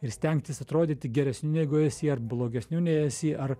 ir stengtis atrodyti geresniu negu esi ar blogesniu nei esi ar